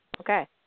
Okay